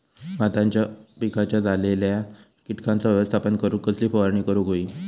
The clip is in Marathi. भाताच्या पिकांक झालेल्या किटकांचा व्यवस्थापन करूक कसली फवारणी करूक होई?